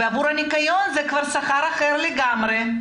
עבור הניקיון, זה כבר שכר אחר לגמרי.